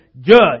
judge